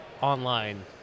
online